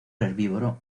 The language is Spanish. herbívoro